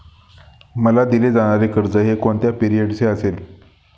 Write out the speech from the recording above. मला दिले जाणारे कर्ज हे कोणत्या पिरियडचे असेल?